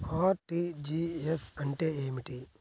RTGS అంటే ఏమిటి?